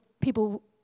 people